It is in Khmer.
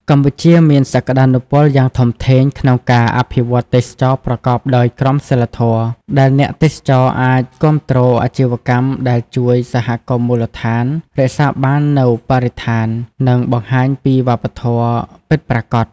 កម្ពុជាមានសក្តានុពលយ៉ាងធំធេងក្នុងការអភិវឌ្ឍទេសចរណ៍ប្រកបដោយក្រមសីលធម៌ ដែលអ្នកទេសចរអាចគាំទ្រអាជីវកម្មដែលជួយសហគមន៍មូលដ្ឋាន រក្សាបាននូវបរិស្ថាន និងបង្ហាញពីវប្បធម៌ពិតប្រាកដ ។